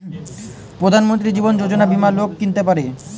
প্রধান মন্ত্রী জীবন যোজনা বীমা লোক কিনতে পারে